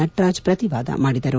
Nataraj ಪ್ರತಿವಾದಮಾಡಿದರು